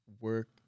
work